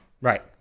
Right